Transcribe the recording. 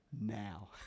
Now